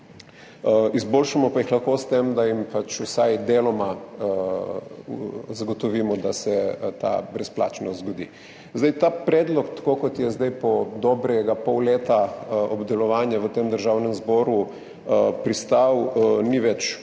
Izboljšamo pa jih lahko s tem, da jim vsaj deloma zagotovimo, da se ta brezplačnost zgodi. Ta predlog tako, kot je zdaj po dobrega pol leta obdelovanja v tem Državnem zboru pristal, ni več idealen